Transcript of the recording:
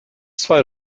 zwei